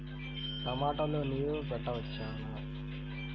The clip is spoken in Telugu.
టమాట లో నీరు పెట్టవచ్చునా?